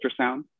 ultrasound